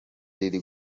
riri